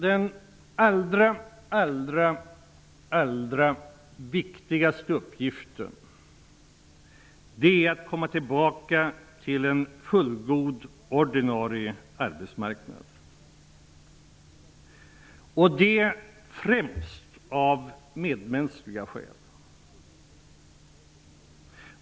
Den allra viktigaste uppgiften är att komma tillbaka till en fullgod ordinarie arbetsmarknad, och det främst av medmänskliga skäl.